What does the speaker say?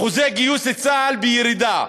אחוזי הגיוס לצה"ל בירידה.